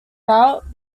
route